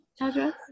address